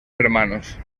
hermanos